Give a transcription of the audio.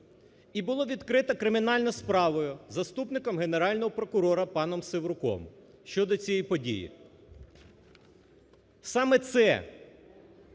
і було відкрито кримінальну справу заступником Генерального прокурора паном Севруком щодо цієї події. Саме це